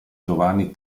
giovanni